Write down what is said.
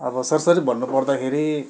अब सरसरी भन्नु पर्दाखेरि